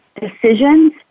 decisions